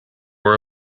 were